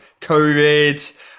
covid